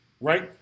Right